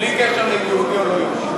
בלי קשר ליהודי או לא-יהודי.